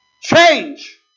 Change